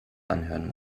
anhören